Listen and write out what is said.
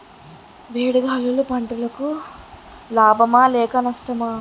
వేడి గాలులు పంటలకు లాభమా లేక నష్టమా?